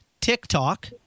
TikTok